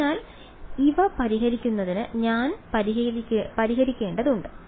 അതിനാൽ ഇവ പരിഹരിക്കുന്നതിന് ഞാൻ പരിഹരിക്കേണ്ടതുണ്ട്